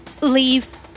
leave